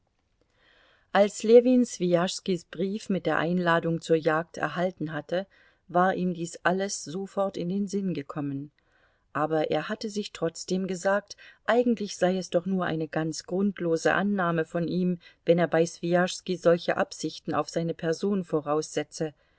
als ljewin swijaschskis brief mit der einladung zur jagd erhalten hatte war ihm dies alles sofort in den sinn gekommen aber er hatte sich trotzdem gesagt eigentlich sei es doch nur eine ganz grundlose annahme von ihm wenn er bei swijaschski solche absichten auf seine person voraussetze